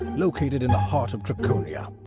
located in the heart of draconia.